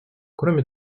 кроме